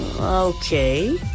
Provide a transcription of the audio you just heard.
Okay